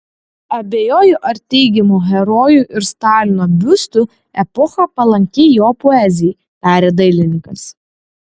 abejoju ar teigiamų herojų ir stalino biustų epocha palanki jo poezijai tarė dailininkas